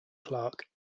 clerk